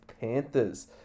Panthers